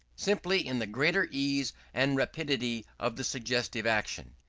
simply in the greater ease and rapidity of the suggestive action.